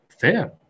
fair